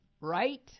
right